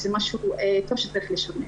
זה משהו טוב שצריך לשמר.